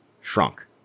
shrunk